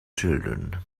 children